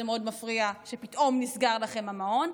זה מאוד מפריע שפתאום נסגר לכם המעון.